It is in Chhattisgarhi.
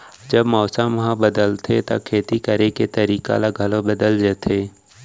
जब मौसम ह बदलथे त खेती करे के तरीका ह घलो बदल जथे?